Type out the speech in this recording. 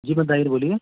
جی بھائی طاہر بولیے